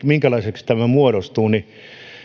minkälaiseksi tämä muodostuu niin